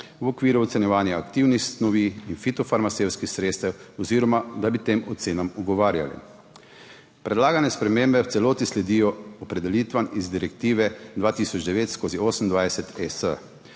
v okviru ocenjevanja aktivnih snovi in fitofarmacevtskih sredstev oziroma da bi tem ocenam ugovarjali. Predlagane spremembe v celoti sledijo opredelitvam iz direktive 2009/28/ES.